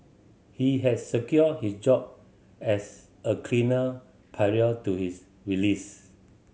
he has secured his job as a cleaner prior to his release